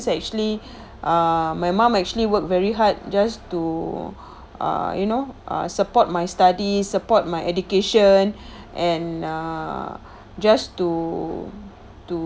is actually uh my mom actually work very hard just to uh you know uh support my study support my education and uh just to to